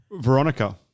Veronica